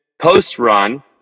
Post-run